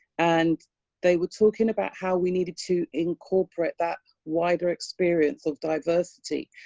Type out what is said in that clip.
and they were talking about how we needed to incorporate that wider experience of diversity.